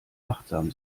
achtsam